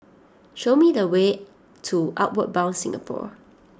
show me the way to Outward Bound Singapore